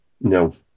no